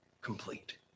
complete